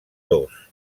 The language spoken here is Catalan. dos